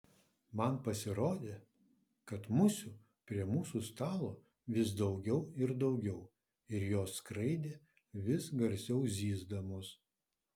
man pasirodė kad musių prie mūsų stalo vis daugiau ir daugiau ir jos skraidė vis garsiau zyzdamos